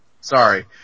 Sorry